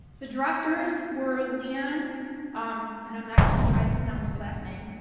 the directors were leon um and i'm not gonna try to pronounce his last name,